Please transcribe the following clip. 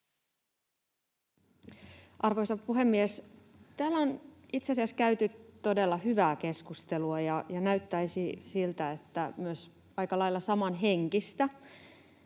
Arvoisa puhemies! Täällä on itse asiassa käyty todella hyvää keskustelua ja näyttäisi siltä, että myös aika lailla samanhenkistä.